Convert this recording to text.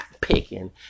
picking